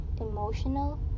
emotional